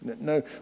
No